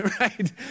right